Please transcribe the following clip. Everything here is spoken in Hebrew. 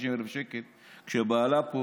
50,000 שקלים כשבעלה פה